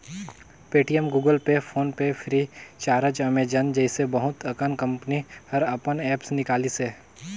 Paytm, Google Pay, PhonePe FreeCharge, Amazon जइसे बहुत अकन कंपनी हर अपन ऐप्स निकालिसे